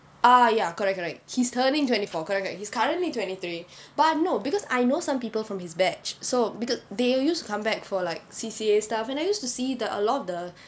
ah ya correct correct he's turning twenty four correct correct he's currently twenty three but no because I know some people from his batch so because they use come back for like C_C_A stuff and I used to see the a lot of the